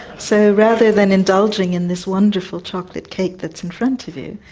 so rather than indulging in this wonderful chocolate cake that's in front of you,